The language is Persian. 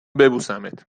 ببوسمت